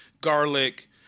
garlic